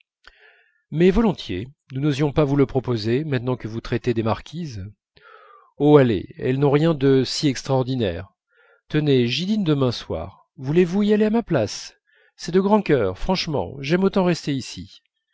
mais volontiers nous n'osions pas vous le proposer maintenant que vous traitez des marquises oh allez elles n'ont rien de si extraordinaire tenez j'y dîne demain soir voulez-vous y aller à ma place c'est de grand cœur franchement j'aime autant rester ici